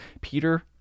Peter